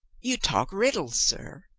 you talk riddles, sir!